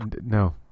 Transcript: No